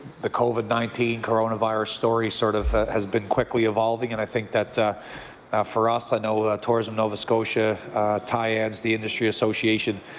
the covid nineteen, coronavirus story, sort of, hats been quickly evolving and i think ah for us i know tourism nova scotia tie ends the industry association,